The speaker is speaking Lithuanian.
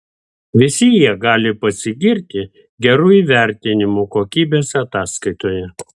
visi jie gali pasigirti geru įvertinimu kokybės ataskaitoje